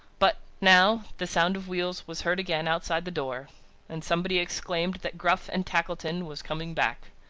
but, now, the sound of wheels was heard again outside the door and somebody exclaimed that gruff and tackleton was coming back.